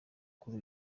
kuri